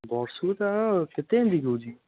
ବର୍ଷକୁ ତାର କେତେ ଏମିତି ହେଉଛି